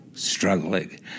Struggling